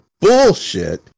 bullshit